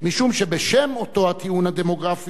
משום שבשם אותו הטיעון הדמוגרפי,